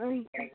ᱦᱳᱭ ᱛᱚ